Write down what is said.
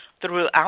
throughout